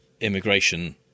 immigration